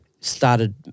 started